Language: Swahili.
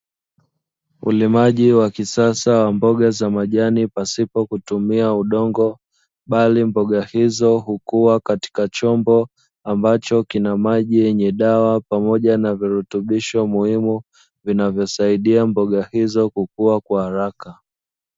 Ulimaji wa kisasa wa mboga za majani pasipo kutumia udongo bali mboga hizo hukua katika chombo ambacho kina maji yenye dawa pamoja na virutubisho muhimu vinavyosaidia mboga hizo kukua kwa haraka.